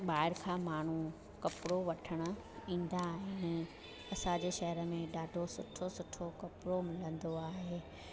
ॿाहिरि खां माण्हू कपिड़ो वठणु ईंदा आहिनि असांजे शहर में ॾाढो सुठो सुठो कपिड़ो मिलंदो आहे